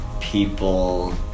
people